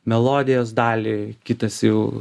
melodijos dalį kitas jau